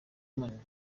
moon